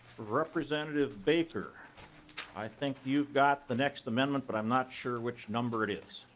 representative baker i think you got the next amendment but um not sure which number it is.